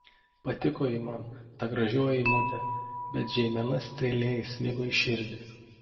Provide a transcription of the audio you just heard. patiko ji man ta gražioji eimutė bet žeimena strėle įsmigo į širdį